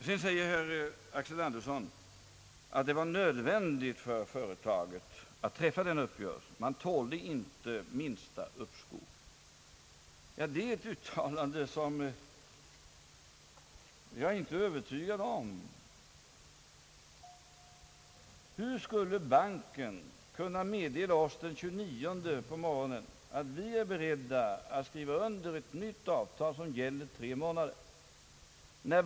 Så säger herr Axel Andersson att företaget måste träffa denna uppgörelse — saken tålde inte minsta uppskov. Ja, det är något som jag inte känner mig övertygad om. Hur skulle banken den 29 på morgonen kunna meddela oss att den var beredd att skriva under ett nytt avtal som skulle gälla för en tid av tre månader?